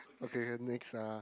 okay okay next ah